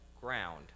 ground